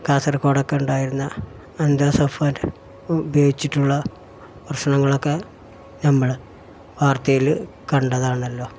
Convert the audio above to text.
കാസർകോഡൊക്കെ ഉണ്ടായിരുന്ന എൻഡോസൾഫാൻ ഉപയോഗിച്ചിട്ടുള്ള പ്രശ്നങ്ങളൊക്കെ നമ്മൾ വാർത്തയിൽ കണ്ടതാണല്ലോ